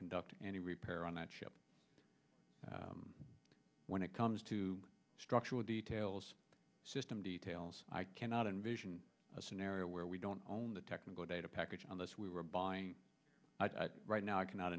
conduct any repair on that ship when it comes to structural details system details i cannot envision a scenario where we don't own the technical data package unless we were buying right now i cannot